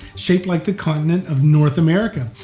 shaped like the continent of north america.